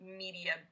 media